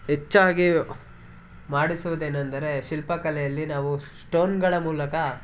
ಹೆಚ್ಚಾಗಿ ಮಾಡಿಸುವುದೇನಂದರೆ ಶಿಲ್ಪಕಲೆಯಲ್ಲಿ ನಾವು ಸ್ಟೋನ್ಗಳ ಮೂಲಕ